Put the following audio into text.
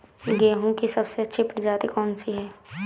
गेहूँ की सबसे अच्छी प्रजाति कौन सी है?